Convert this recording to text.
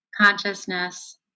consciousness